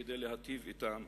כדי להיטיב אתם.